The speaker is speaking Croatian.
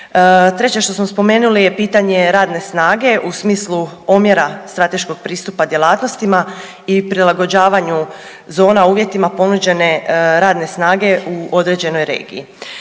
Treće što samo spomenuli je pitanje radne snage u smislu omjera strateškog pristupa djelatnostima i prilagođavanju zona uvjetima ponuđene radne snage u određenoj regiji.